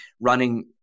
running